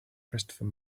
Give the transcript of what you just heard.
christopher